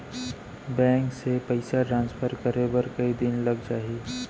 Bank से पइसा transfer करे बर कई दिन लग जाही?